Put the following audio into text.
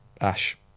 Ash